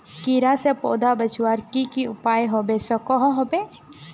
कीड़ा से पौधा बचवार की की उपाय होबे सकोहो होबे?